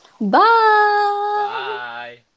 Bye